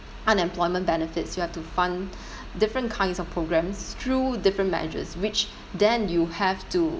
unemployment benefits you have to fund different kinds of programs through different measures which then you have to